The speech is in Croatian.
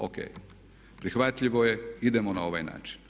O.k. Prihvatljivo je, idemo na ovaj način.